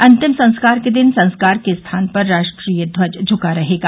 अंतिम संस्कार के दिन संस्कार के स्थान पर राष्ट्रीय ध्वज झुका रहेगा